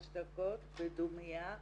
דקות בדומייה